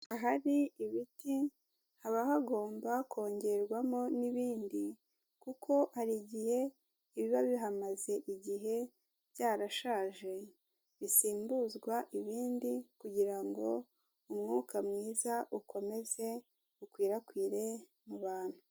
Ahari ibiti haba hagomba kongerwamo n'ibindi kuko hari igihe biba bihamaze igihe byarashaje, bisimbuzwa ibindi kugira ngo umwuka mwiza ukomeze ukwirakwire mu bantu.